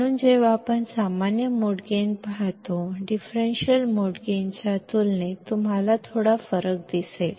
म्हणून जेव्हा आपण सामान्य मोड गेन पाहतो डिफरेंशियल मोड गेनच्या तुलनेत तुम्हाला थोडा फरक दिसेल